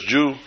Jew